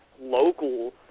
local